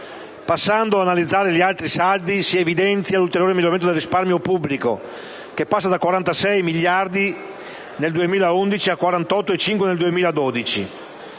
Passando ad analizzare gli altri saldi, si evidenzia l'ulteriore miglioramento del risparmio pubblico, che passa dai 46,1 miliardi del 2011 ai 48,5 miliardi